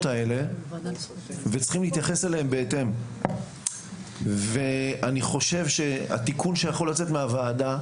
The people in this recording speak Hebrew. האלה וצריכים להתייחס אליהם בהתאם ואני חושב שהתיקון שיכול לצאת מהוועדה,